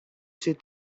ces